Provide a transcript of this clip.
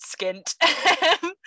skint